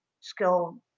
skill